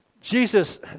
Jesus